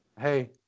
hey